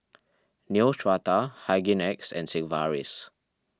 Neostrata Hygin X and Sigvaris